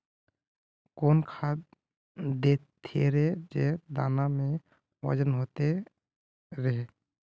कौन खाद देथियेरे जे दाना में ओजन होते रेह?